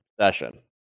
session